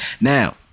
Now